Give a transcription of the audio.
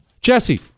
Jesse